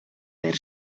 per